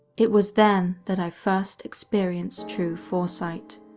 it was then that i first experienced true foresight.